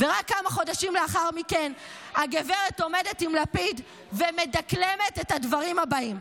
רק כמה חודשים לאחר מכן הגברת עומדת עם לפיד ומדקלמת את הדברים הבאים: